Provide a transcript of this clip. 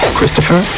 Christopher